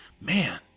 man